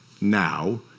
now